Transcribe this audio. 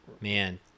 man